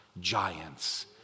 giants